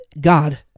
God